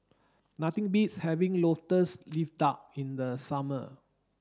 nothing beats having lotus leaf duck in the summer